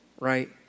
Right